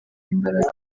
imbaraga